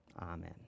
Amen